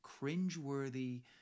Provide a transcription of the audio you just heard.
cringeworthy